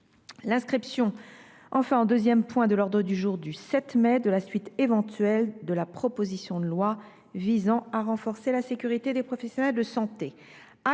l’inscription en deuxième point de l’ordre du jour du mercredi 7 mai de la suite éventuelle de la proposition de loi visant à renforcer la sécurité des professionnels de santé.